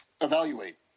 evaluate